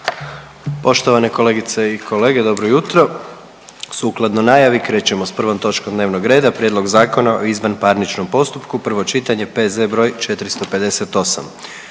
Poštovane kolegice i kolege, dobro jutro. Sukladno najavi krećemo s prvom točkom dnevnog reda: - Prijedlog Zakona o izvanparničnom postupku, prvo čitanje, P.Z. br. 458